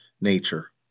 nature